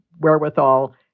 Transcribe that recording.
wherewithal